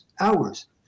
hours